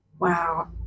Wow